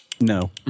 No